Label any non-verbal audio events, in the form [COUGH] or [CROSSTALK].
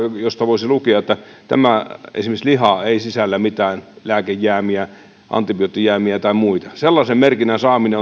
joista voisi lukea että tämä esimerkiksi liha ei sisällä mitään lääkejäämiä antibioottijäämiä tai muita sellaisen merkinnän saaminen [UNINTELLIGIBLE]